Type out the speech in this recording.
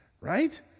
right